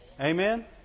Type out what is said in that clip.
Amen